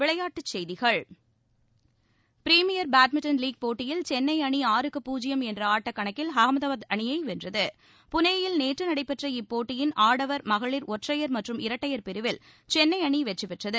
விளையாட்டுச் செய்திகள் premier badminton league போட்டியில் சென்னை அணி ஆட்டக்கணக்கில் அகமதாபாத் அணியை வென்றது புனேயில் நேற்று நடைபெற்ற இப்போட்டியின் ஆடவா மகளிா் ஒற்றையா் மற்றும் இரட்டையா் பிரிவில் சென்னை அணி வெற்றிபெற்றது